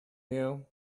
you